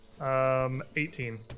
18